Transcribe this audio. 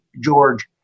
George